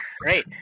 great